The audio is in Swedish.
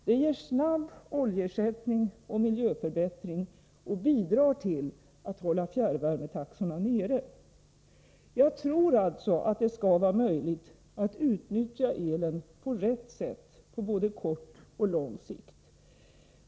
Det ger snabb oljeersättning och miljöförbättring och bidrar till att hålla fjärrvärmetaxorna nere. Jag tror alltså att det skall vara möjligt att utnyttja elen på rätt sätt på både kort och lång sikt.